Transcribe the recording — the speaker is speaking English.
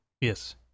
yes